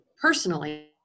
Personally